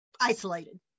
isolated